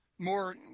More